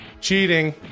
Cheating